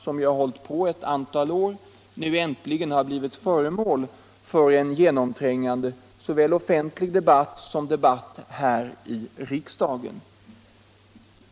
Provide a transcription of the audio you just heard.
som har pågått under ett antal år, nu blir föremål för en genomträngande såvät offentlig debatt som debatt här i riksdagen.